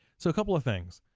so a couple of things,